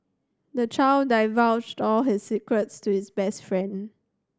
the child divulged all his secrets to his best friend